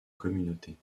communauté